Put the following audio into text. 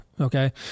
okay